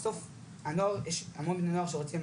בסוף יש המון בני נוער שרוצים,